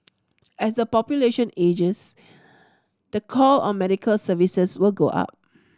as the population ages the call on medical services will go up